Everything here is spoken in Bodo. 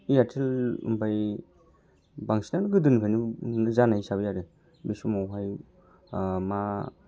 एयारटेलनिफ्राय बांसिनानो गोदोनिफ्रायनो जानाय हिसाबै आरो बे समावहाय मा